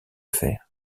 fer